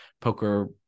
poker